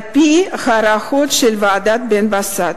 על-פי הערכות של ועדת בן-בסט?